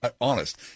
Honest